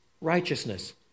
righteousness